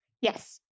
Yes